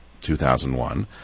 2001